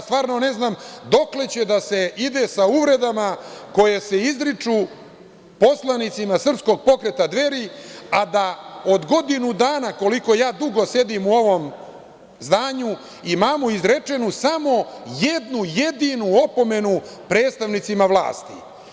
Stvarno ne znam dokle će da se ide sa uvredama koje se izriču poslanicima Srpskog pokreta Dveri, a da od godinu dana koliko ja dugo sedim u ovom zdanju imamo izrečenu samo jednu jedinu opomenu predstavnicima vlasti.